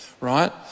right